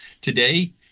today